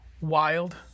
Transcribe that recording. wild